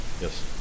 yes